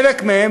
חלק מהם,